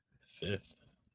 Fifth